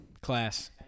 class